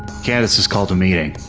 candace has called a meeting.